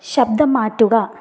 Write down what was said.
ശബ്ദം മാറ്റുക